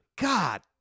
God